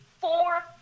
four